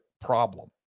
problem